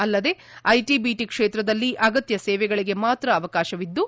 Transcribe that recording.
ಅಲ್ಲದೆ ಐಟಬಿಟ ಕ್ಷೇತ್ರದಲ್ಲಿ ಅಗತ್ತ ಸೇವೆಗಳಗೆ ಮಾತ್ರ ಅವಕಾಶವಿದ್ದು